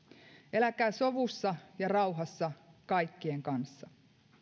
eläkää sovussa ja rauhassa kaikkien kanssa